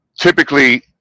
typically